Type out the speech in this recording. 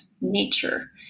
nature